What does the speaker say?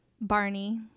Barney